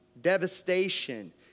devastation